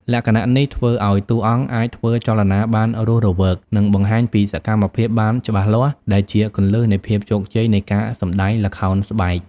លក្ខណៈនេះធ្វើឱ្យតួអង្គអាចធ្វើចលនាបានរស់រវើក និងបង្ហាញពីសកម្មភាពបានច្បាស់លាស់ ដែលជាគន្លឹះនៃភាពជោគជ័យនៃការសម្ដែងល្ខោនស្បែក។